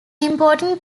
important